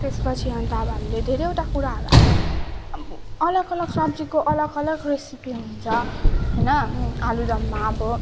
त्यसपछि अन्त अब हामीले धेरैवटा कुराहरू अब अलग अलग सब्जीको अलग अलग रेसिपी हुन्छ होइन आलुदममा अब